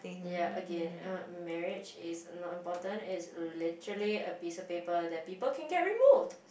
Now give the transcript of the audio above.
ya again uh marriage is not important it's literally a piece of paper that people can get removed